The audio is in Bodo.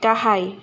गाहाय